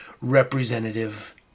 representative